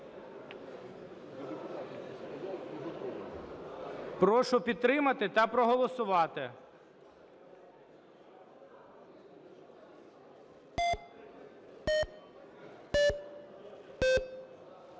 Прошу підтримати та проголосувати.